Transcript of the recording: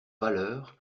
valeur